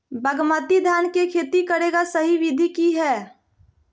बासमती धान के खेती करेगा सही विधि की हय?